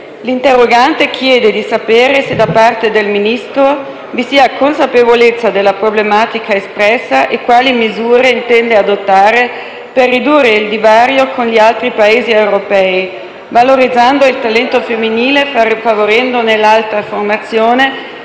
L'interrogante chiede di sapere se da parte del Ministro vi sia consapevolezza della problematica espressa e quali misure intenda adottare per ridurre il divario con gli altri Paesi europei, valorizzando il talento femminile, favorendone l'alta formazione